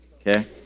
Okay